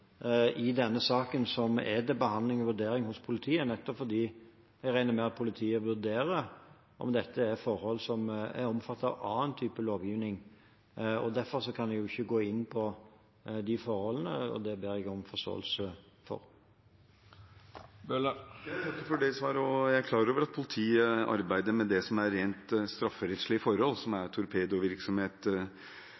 i denne saken som er til behandling og vurdering hos politiet, nettopp fordi jeg regner med at politiet vurderer om dette er forhold som er omfattet av annen type lovgivning. Derfor kan jeg ikke gå inn på de forholdene, og det ber jeg om forståelse for. Jeg takker for det svaret, og jeg er klar over at politiet arbeider med det som er rent strafferettslige forhold, som er